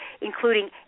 including